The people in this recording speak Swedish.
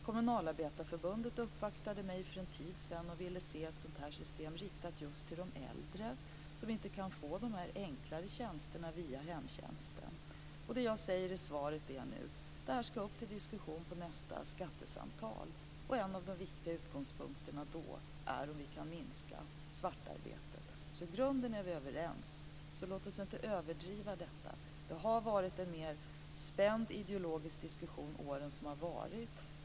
Kommunalarbetareförbundet uppvaktade mig för en tid sedan och ville se ett sådant här system riktat just till de äldre som inte kan få de enklare tjänsterna via hemtjänsten. Det jag säger i svaret är att det här ska upp till diskussion på nästa skattesamtal. En av de viktiga utgångspunkterna då är om vi kan minska svartarbetet. I grunden är vi överens. Låt oss inte överdriva detta. Det har varit en lite mer spänd ideologisk diskussion åren som har varit.